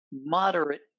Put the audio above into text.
moderate